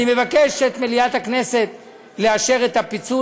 אני מבקש ממליאת הכנסת לאשר את הפיצול.